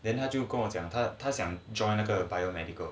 then 他就跟我讲他他想 join 那个 biomedical